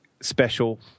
special –